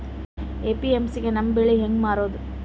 APMC ಗೆ ನಮ್ಮ ಬೆಳಿ ಹೆಂಗ ಮಾರೊದ?